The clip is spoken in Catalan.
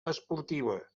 esportiva